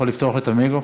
לא תורי עכשיו?